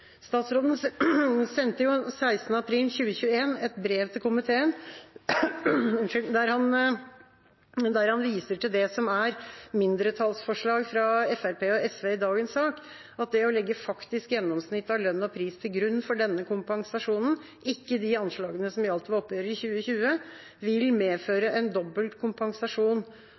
april 2021 et brev til komiteen der han viser til det som er mindretallsforslag fra Fremskrittspartiet og SV i dagens sak, og at det å legge faktisk gjennomsnitt av lønn og pris til grunn for denne kompensasjonen, ikke de anslagene som gjaldt ved oppgjøret i 2020, vil medføre en dobbelt kompensasjon.